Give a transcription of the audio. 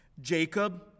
Jacob